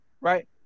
right